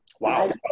Wow